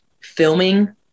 filming